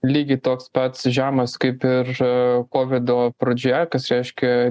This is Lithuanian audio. lygiai toks pats žemas kaip ir kovido pradžioje kas reiškia